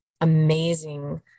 amazing